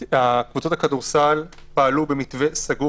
קבוצות הכדורסל פעלו במשך חודשיים במתווה סגור,